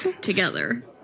together